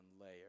layer